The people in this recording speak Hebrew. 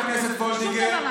חברת הכנסת וולדיגר,